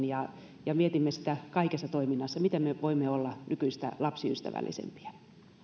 ja ja mietimme sitä kaikessa toiminnassa miten me voimme olla nykyistä lapsiystävällisempiä